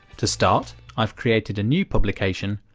to start, i've created a new publication,